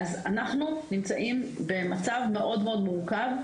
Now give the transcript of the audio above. אנחנו נמצאים במצב מאוד מאוד מורכב,